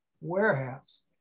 warehouse